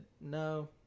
no